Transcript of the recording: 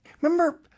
Remember